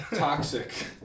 Toxic